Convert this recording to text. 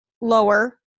lower